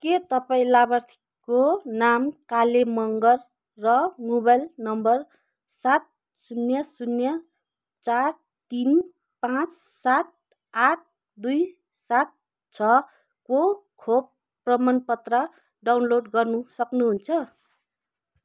के तपाईँँ लाभार्थीको नाम काले मँगर र मोबाइल नम्बर सात शून्य शून्य चार तिन पाँच सात आठ दुई सात छ को खोप प्रमाणपत्र डाउनलोड गर्नु सक्नुहुन्छ